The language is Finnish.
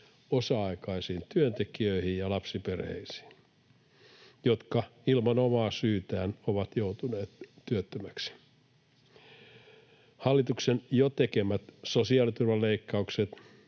osa-aikaisiin työntekijöihin ja lapsiperheisiin, jotka ilman omaa syytään ovat joutuneet työttömiksi. Hallituksen jo tekemät sosiaaliturvaleikkaukset